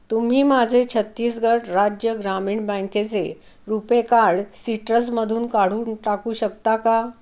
तुम्ही माझे छत्तीसगड राज्य ग्रामीण बँकेचे रुपे कार्ड सिट्रसमधून काढून टाकू शकता का